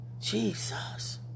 Jesus